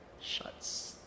shuts